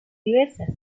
diversas